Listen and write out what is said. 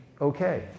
okay